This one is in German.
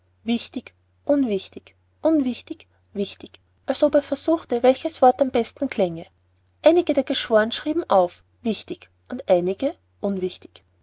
wichtig unwichtig unwichtig wichtig als ob er versuchte welches wort am besten klänge einige der geschwornen schrieben auf wichtig und einige unwichtig